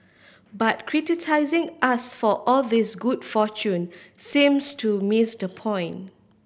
but criticising us for all this good fortune seems to miss the point